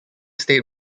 stayed